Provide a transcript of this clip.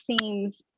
seems